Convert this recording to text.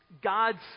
God's